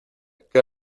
qué